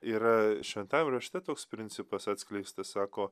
yra šventajam rašte toks principas atskleistas sako